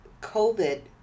COVID